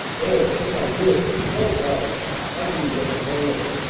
or, if i did, it was so dull i didn't get the hang of it.